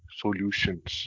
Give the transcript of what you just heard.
solutions